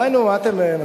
די, נו, מספיק.